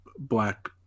Black